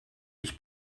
ich